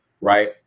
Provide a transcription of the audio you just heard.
right